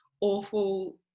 awful